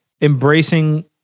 embracing